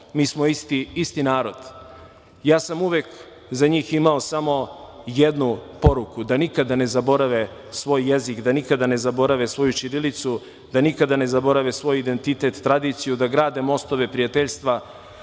Mi smo isti narod. Ja sam uvek za njih imao samo jednu poruku, da nikada ne zaborave svoj jezik, da nikada ne zaborave svoju ćirilicu, da nikada ne zaborave svoj identitet, tradiciju, da grade mostove prijateljstva